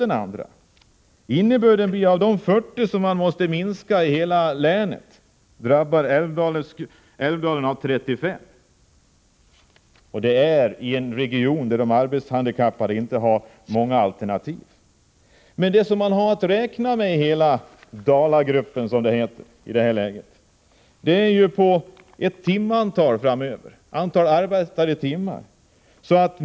Innebörden blir att av den minskning med 40 arbetstillfällen som skulle ske i hela länet drabbas Älvdalen så, att man där minskar med 35. Detta sker i en region där de arbetshandikappade inte har många alternativ. Det Dalagruppen har att räkna med framöver är antalet arbetade timmar.